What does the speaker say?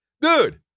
Dude